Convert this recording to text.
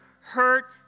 hurt